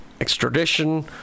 extradition